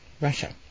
Russia